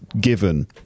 given